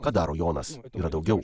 ką daro jonas yra daugiau